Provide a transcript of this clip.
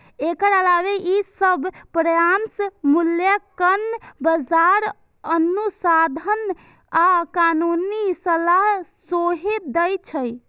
एकर अलावे ई सभ परामर्श, मूल्यांकन, बाजार अनुसंधान आ कानूनी सलाह सेहो दै छै